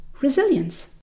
resilience